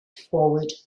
forward